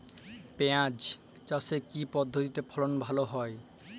পিঁয়াজ চাষে কি পদ্ধতিতে ফলন ভালো হয়?